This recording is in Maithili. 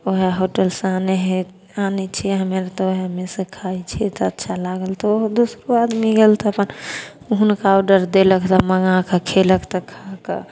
वएह होटलसँ आनै हइ आनै छिए हमे आर तऽ ओहेमेसँ खाइ छिए तऽ अच्छा लागल तऽ ओहो दोसरो आदमी गेल तऽ अपन हुनका ऑडर देलक तऽ मँगाकऽ खएलक तऽ खाकऽ